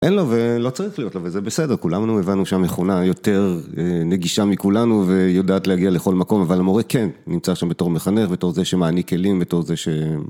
אין לו ולא צריך להיות לו וזה בסדר, כולנו הבנו שם מכונה יותר נגישה מכולנו ויודעת להגיע לכל מקום אבל המורה כן נמצא שם בתור מחנך ובתור זה שמעניק כלים ובתור זה ש...